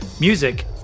Music